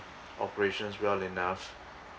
operations well enough